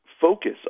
focus